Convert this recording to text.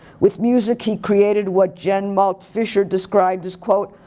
with music he created what jens malte fischer described as quote,